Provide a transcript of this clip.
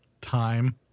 Time